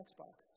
Xbox